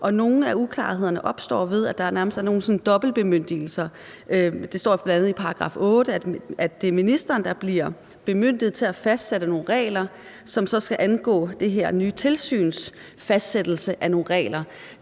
Nogle af uklarhederne opstår, ved at der nærmest er nogle sådan dobbeltbemyndigelser. Det står bl.a. i § 8, at det er ministeren, der bliver bemyndiget til at fastsætte nogle regler, som så skal angå det her nye tilsyns fastsættelse af nogle regler.